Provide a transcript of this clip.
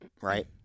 right